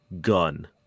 gun